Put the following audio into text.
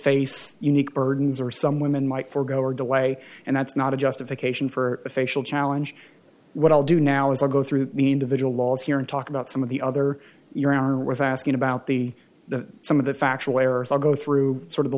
face unique burdens or some women might forgo or delay and that's not a justification for a facial challenge what i'll do now is i'll go through the individual laws here and talk about some of the other your honor without asking about the the some of the factual errors i'll go through sort of the